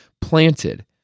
planted